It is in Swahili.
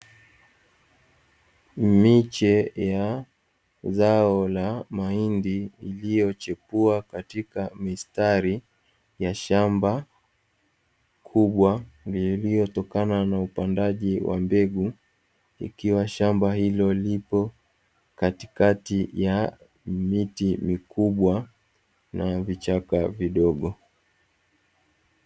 Miche ya zao la mahindi iliyochepua katika mistari ya shamba kubwa iliyotokana na upandaji wa mbegu, ikiwa shamba hilo lipo katikati ya miti mikubwa na vichaka vidogo.